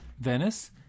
Venice